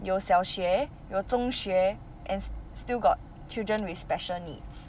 有小学有中学 and still got children with special needs